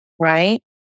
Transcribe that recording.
right